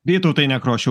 vytautai nekrošiau